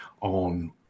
on